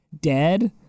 dead